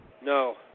No